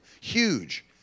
Huge